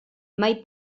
mai